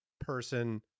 person